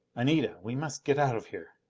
anita, we must get out of here!